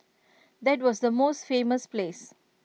that was the most famous place